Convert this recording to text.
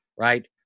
right